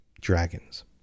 dragons